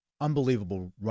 unbelievable